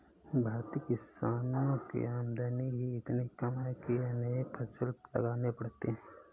भारतीय किसानों की आमदनी ही इतनी कम है कि अनेक फसल लगाने पड़ते हैं